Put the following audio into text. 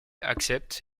accepte